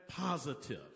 positive